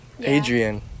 Adrian